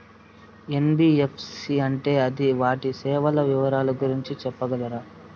NBFC అంటే అది వాటి సేవలు వివరాలు గురించి సెప్పగలరా?